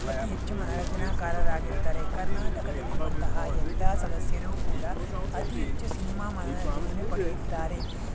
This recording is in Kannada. ಅತಿ ಹೆಚ್ಚು ಮನೋರಂಜನಾಕಾರರಾಗಿರುತ್ತಾರೆ ಕರ್ನಾಟಕದಲ್ಲಿರುವಂತಹ ಎಲ್ಲ ಸದಸ್ಯರು ಕೂಡ ಅತಿ ಹೆಚ್ಚು ಸಿನಿಮಾ ಮನರಂಜನೆಯನ್ನು ಪಡೆಯುತ್ತಾರೆ